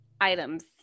items